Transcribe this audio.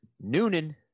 Noonan